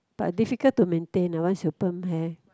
but difficult to maintain uh once you perm hair